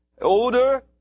older